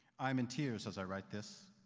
i am in tears as i write this.